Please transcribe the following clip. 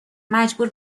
مجبور